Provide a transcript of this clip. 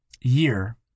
year